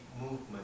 movement